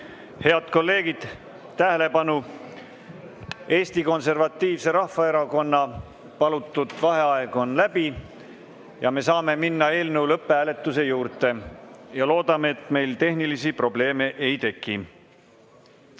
Head kolleegid, tähelepanu! Eesti Konservatiivse Rahvaerakonna palutud vaheaeg on läbi ja me saame minna eelnõu lõpphääletuse juurde. Loodame, et meil tehnilisi probleeme ei